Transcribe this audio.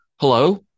Hello